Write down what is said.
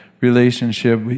relationship